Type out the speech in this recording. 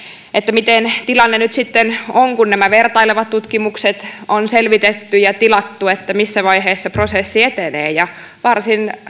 miten tilanne nyt sitten on kun nämä vertailevat tutkimukset on selvitetty ja tilattu että missä vaiheessa prosessi etenee varsin